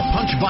Punch